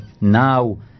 now